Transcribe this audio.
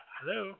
Hello